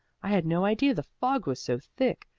i had no idea the fog was so thick.